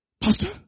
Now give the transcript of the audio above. Pastor